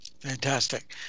Fantastic